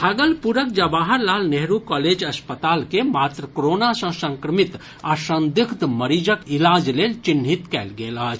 भागलपुरक जवाहर लाल नेहरू कॉलेज अस्पताल के मात्र कोरोना सँ संक्रमित आ संदिग्ध मरीजक इलाज लेल चिन्हित कयल गेल अछि